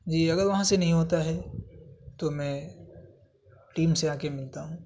جی اگر وہاں سے نہیں ہوتا ہے تو میں ٹیم سے آ کے ملتا ہوں